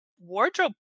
wardrobe